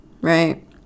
right